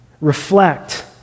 Reflect